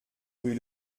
rue